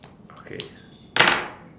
okay